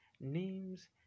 names